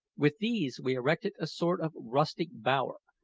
with these we erected a sort of rustic bower,